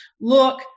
look